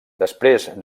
després